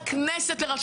חברת הכנסת ברק.